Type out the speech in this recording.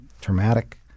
traumatic